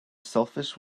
selfish